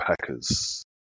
Packers